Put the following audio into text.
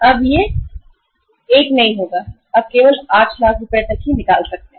यह अब 1लाख नहीं होगा आप केवल 8 लाख रुपये तक ही निकाल सकते हैं